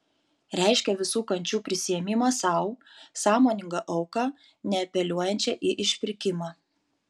reiškia visų kančių prisiėmimą sau sąmoningą auką neapeliuojančią į išpirkimą